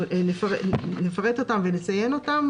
נפרט אותם ונציין אותם.